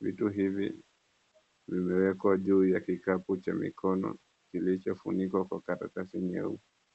Vitu hivi vimeekwa juu ya kikapu cha mikono kilichofunikwa kwa karatasi nyeupe.